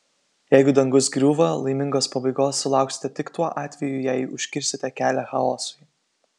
jeigu dangus griūva laimingos pabaigos sulauksite tik tuo atveju jei užkirsite kelią chaosui